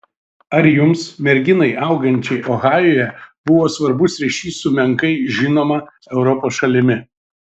ar jums merginai augančiai ohajuje buvo svarbus ryšys su menkai žinoma europos šalimi